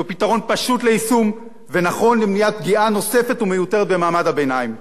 זה פתרון פשוט ליישום ונכון למניעת פגיעה נוספת ומיותרת במעמד הביניים,